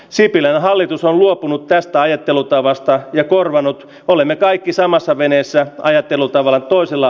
sipilän hallitus on luopunut tästä ajattelutavasta ja korvannut olemme kaikki samassa veneessä ajattelutavan toisella